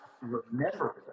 remember